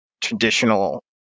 traditional